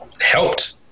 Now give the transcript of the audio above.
helped